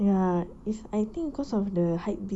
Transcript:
ya it's I think cause of the hypebeast people or whatever what not